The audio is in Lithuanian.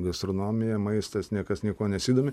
gastronomija maistas niekas niekuo nesidomi